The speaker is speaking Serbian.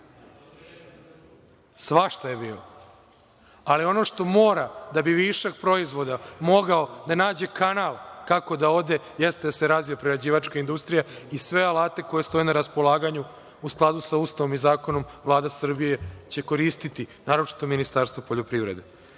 Svašta je bilo, ali ono što mora da bi višak proizvoda mogao da nađe kanal kako da ode, jeste da se razvije prerađivačka industrija i sve alate koji stoje na raspolaganju u skladu sa Ustavom i zakonom, Vlada Srbije će koristiti, naročito Ministarstvo poljoprivrede. Jedna